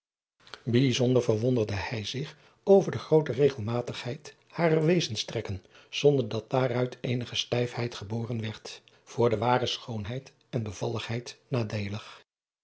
ijzonder verwonderde hij zich over de groote regelmatigheid harer wezenstrekken zonder dat daaruit eenige stijfheid geboren werd voor de ware schoonheid en bevalligheid nadeelig